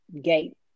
gate